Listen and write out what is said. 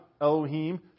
Elohim